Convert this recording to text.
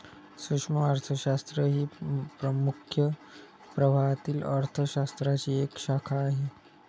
सूक्ष्म अर्थशास्त्र ही मुख्य प्रवाहातील अर्थ शास्त्राची एक शाखा आहे